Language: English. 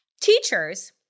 Teachers